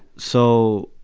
so